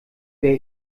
wer